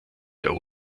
der